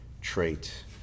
trait